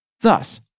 Thus